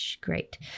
great